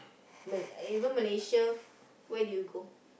b~ even Malaysia where do you go